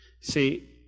See